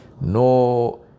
no